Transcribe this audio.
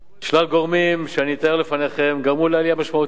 שלל גורמים שאני אתאר לפניכם גרמו לעלייה משמעותית